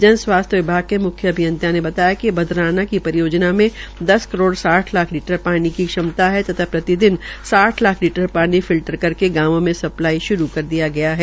जन स्वास्थ्य विभाग के मुख्य अभियंता ने बताया कि बधराना की परियोजना में दस करोड़ साठ लाख लीटर पानी की क्षमता है तथा प्रतिदिन साठ लाख लीटर पानी फिल्टर करके गांवो में सप्लाई शुरू कर दी गई है